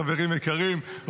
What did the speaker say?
חברים יקרים,